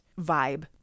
vibe